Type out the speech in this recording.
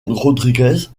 rodríguez